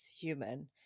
human